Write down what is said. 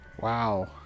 Wow